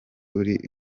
uri